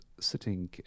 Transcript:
sitting